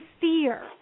fear